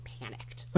panicked